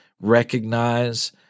recognize